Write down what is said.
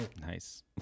Nice